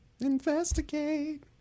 Investigate